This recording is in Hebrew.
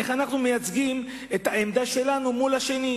איך אנחנו מייצגים את העמדה שלנו זה מול זה.